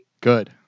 Good